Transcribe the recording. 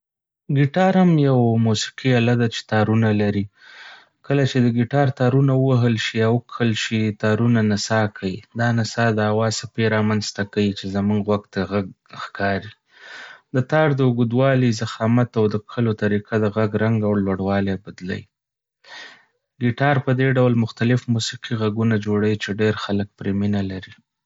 ګیټار هم یوه موسیقي اله ده چې تارونه لري. کله چې د ګیټار تارونه ووهل شي یا وکښل شي، تارونه نڅا کوي. دا نڅا د هوا څپې رامنځته کوي چې زموږ غوږ ته غږ ښکاري. د تار د اوږدوالي، ضخامت او د کښلو طریقه د غږ رنګ او لوړوالی بدلوي. ګیټار په دې ډول مختلف موسیقي غږونه جوړوي چې ډېر خلک پرې مینه لري.